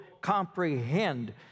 comprehend